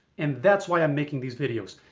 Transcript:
and that's why i'm making these videos.